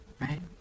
right